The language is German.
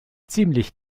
ziemlich